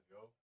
yo